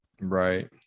Right